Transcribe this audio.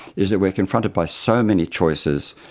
is that we are confronted by so many choices,